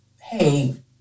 hey